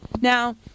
now